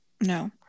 no